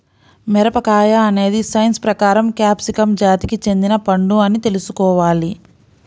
మిరపకాయ అనేది సైన్స్ ప్రకారం క్యాప్సికమ్ జాతికి చెందిన పండు అని తెల్సుకోవాలి